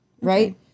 Right